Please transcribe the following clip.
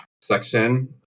section